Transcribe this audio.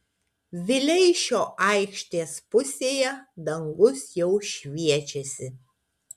vileišio aikštės pusėje dangus jau šviečiasi